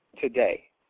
today